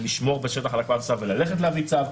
לשמור בשטח על הקפאת מצב וללכת להביא צו,